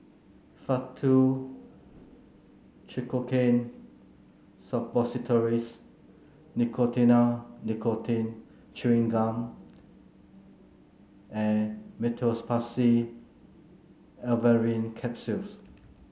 Faktu Cinchocaine Suppositories Nicotinell Nicotine Chewing Gum and Meteospasmyl Alverine Capsules